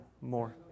more